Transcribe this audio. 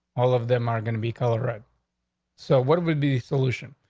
all of them are gonna be coloring. so what would be solution?